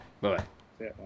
Bye-bye